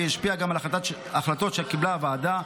והיא השפיעה גם על החלטות שקיבלה הוועדה,